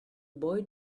boy